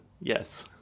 Yes